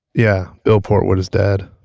yeah. bill portwood is dead